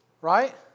Right